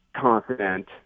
confident